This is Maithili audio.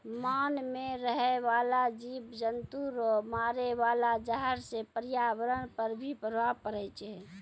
मान मे रहै बाला जिव जन्तु रो मारे वाला जहर से प्रर्यावरण पर भी प्रभाव पड़ै छै